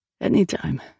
Anytime